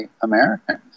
Americans